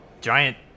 giant